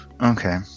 Okay